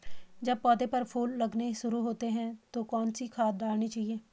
जब पौधें पर फूल लगने शुरू होते हैं तो कौन सी खाद डालनी चाहिए?